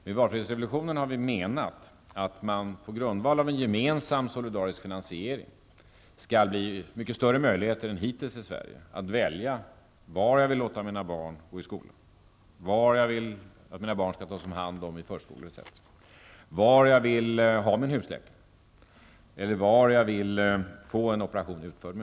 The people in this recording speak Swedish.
Med valfrihetsrevolutionen har vi menat att det på grundval av en gemensam solidarisk finansiering skall finnas mycket större möjligheter än hittills i Sverige att välja var barnen skall gå i skolan, var de skall tas om hand i förskolan, var jag vill ha min husläkare eller var jag vill få en operation utförd.